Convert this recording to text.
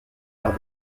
par